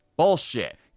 Bullshit